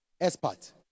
expert